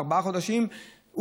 ארבעה חודשים,